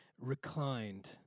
reclined